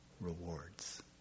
rewards